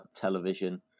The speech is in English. television